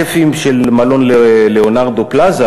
השפים של מלון "לאונרדו פלאזה",